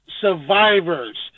survivors